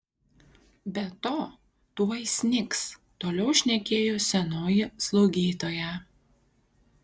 be to tuoj snigs toliau šnekėjo senoji slaugytoja